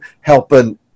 helping